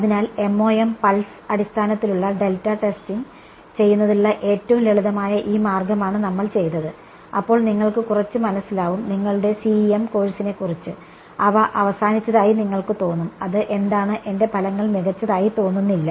അതിനാൽ MoM pulse അടിസ്ഥാനത്തിലുള്ള delta testing ചെയ്യുന്നതിനുള്ള ഏറ്റവും ലളിതമായ ഈ മാർഗ്ഗമാണ് നമ്മൾ ചെയ്തത് അപ്പോൾ നിങ്ങൾക്ക് കുറച്ച് മനസ്സിലാവും നിങ്ങളുടെ CEM കോഴ്സിനെക്കുറിച്ച് അവ അവസാനിച്ചതായി നിങ്ങൾക്ക് തോന്നുo ഇത് എന്താണ് എന്റെ ഫലങ്ങൾ മികച്ചതായി തോന്നുന്നില്ല